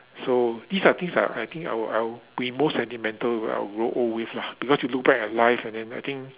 so these are things I I think I will I will be most sentimental I'll grow old with lah because you look back at life and then I think